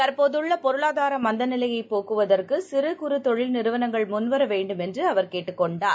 தற்போதுள்ள பொருளாதார மந்தநிலையை போக்குவரதற்கு சிறு குறு தொழில் நிறுவனங்கள் முன்வர வேண்டுமென்று அவர் கேட்டுக் கொண்டார்